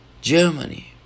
Germany